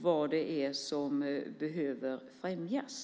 Vad är det som behöver främjas?